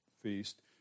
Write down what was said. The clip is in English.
feast